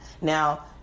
Now